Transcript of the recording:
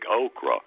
okra